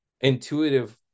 intuitive